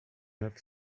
neuf